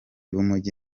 b’umujyi